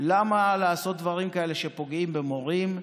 למה לעשות דברים כאלה שפוגעים במורים?